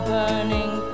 burning